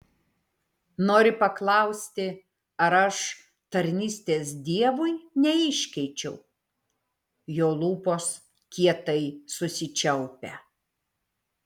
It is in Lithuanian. nori paklausti ar aš tarnystės dievui neiškeičiau jo lūpos kietai susičiaupia